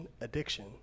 Addiction